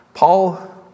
Paul